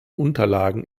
unterlagen